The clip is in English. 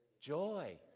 Joy